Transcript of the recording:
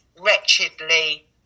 wretchedly